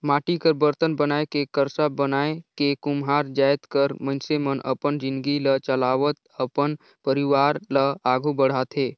माटी कर बरतन बनाए के करसा बनाए के कुम्हार जाएत कर मइनसे मन अपन जिनगी ल चलावत अपन परिवार ल आघु बढ़ाथे